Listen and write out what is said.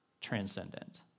transcendent